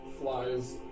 flies